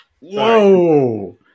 Whoa